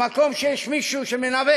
במקום שיש מישהו שמנווט